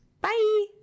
Bye